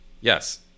yes